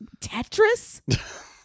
Tetris